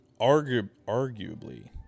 arguably